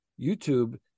YouTube